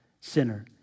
sinner